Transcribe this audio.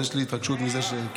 יש לי התרגשות מזה.